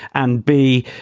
and b,